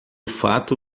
fato